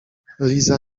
liza